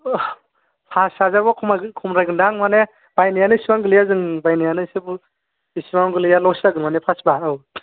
ओ पाज हाजारबा खमायद्रायगोनदां माने बायनायानो इसिबां गोलैया माने जों बायनायानो इसेबो इसेबाङाव गोलैया लस जागोन माने पास बा औ